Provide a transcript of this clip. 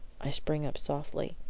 i sprang up softly.